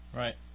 right